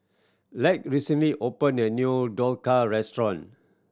Lex recently opened a new Dhokla Restaurant